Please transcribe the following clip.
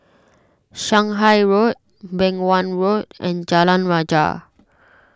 Shanghai Road Beng Wan Road and Jalan Rajah